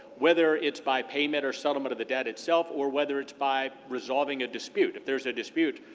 whether it's by payment or settlement of the debt itself or whether it's by resolving a dispute if there's a dispute,